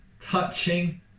touching